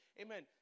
amen